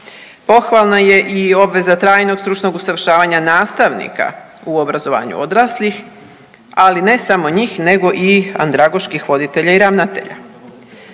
Pohvalna je i obveza trajnog stručnog usavršavanja nastavnika u obrazovanju odraslih, ali ne samo njih nego i andragoških voditelja i ravnatelja.